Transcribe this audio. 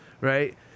right